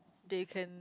they can